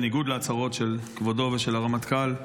בניגוד להצהרות של כבודו ושל הרמטכ"ל,